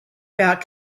about